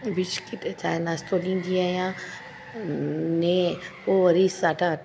biscuit चाहिं नाश्तो ॾींदी आहियां ने पोइ वरी साडा